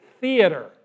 theater